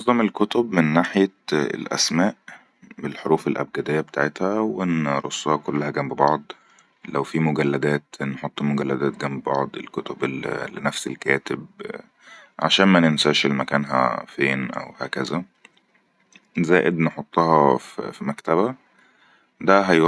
نننظ-ننظم الكتبمن ناحيت الأسماء والحروف الأبجدية بتعتها ونرصها كلها جمب بعض لو في مجلدات نحط المجلدات جمب بعض الكتب لنفس الكاتب عشان مننساش مكانها فين او هكزا زائد نحطها في مكتبة دا هاي